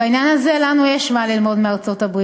בעניין הזה לנו יש מה ללמוד מארצות-הברית,